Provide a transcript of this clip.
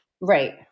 Right